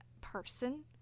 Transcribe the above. person